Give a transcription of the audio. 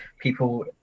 people